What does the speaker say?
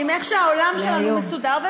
איך שהעולם שלנו מסודר.